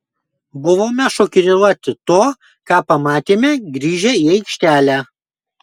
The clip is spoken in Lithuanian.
buvome šokiruoti to ką pamatėme grįžę į aikštelę